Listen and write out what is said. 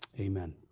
Amen